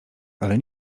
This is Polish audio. ale